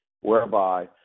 whereby